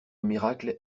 miracle